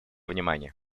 внимания